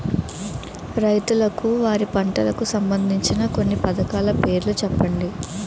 రైతులకు వారి పంటలకు సంబందించిన కొన్ని పథకాల పేర్లు చెప్పండి?